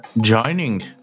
joining